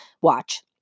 Watch